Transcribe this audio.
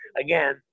again